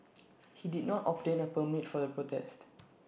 he did not obtain A permit for the protests